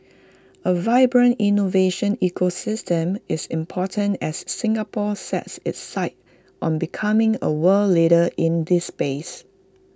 A vibrant innovation ecosystem is important as Singapore sets its sights on becoming A world leader in this space